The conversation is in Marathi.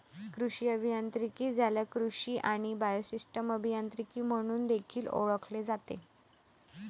कृषी अभियांत्रिकी, ज्याला कृषी आणि बायोसिस्टम अभियांत्रिकी म्हणून देखील ओळखले जाते